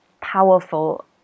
powerful